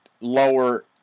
lower